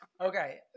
Okay